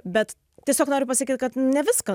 bet tiesiog noriu pasakyt kad ne viską